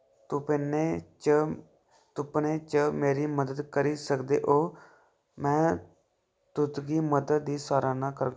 तुपने च तुप्पने च मेरी मदद करी सकदे ओ में तुदगी मदद दी सराह्ना कर